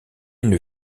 une